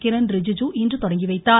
கிரண் ரிஜுஜு இன்று தொடங்கிவைத்தார்